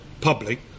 public